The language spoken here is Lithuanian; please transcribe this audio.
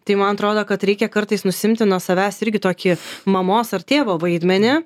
tai man atrodo kad reikia kartais nusiimti nuo savęs irgi tokį mamos ar tėvo vaidmenį